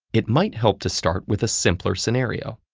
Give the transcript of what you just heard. it might help to start with a simpler scenario.